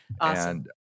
Awesome